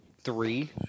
Three